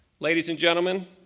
ladies and gentlemen,